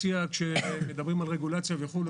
כשמדברים על רגולציה וכו',